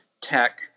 tech